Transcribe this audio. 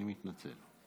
אני מתנצל.